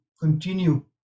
continue